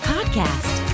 Podcast